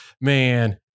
man